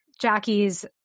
Jackie's